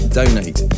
donate